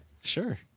sure